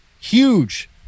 Huge